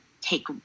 take